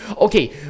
okay